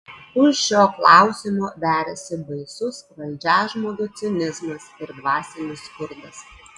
už šio klausimo veriasi baisus valdžiažmogio cinizmas ir dvasinis skurdas